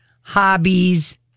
hobbies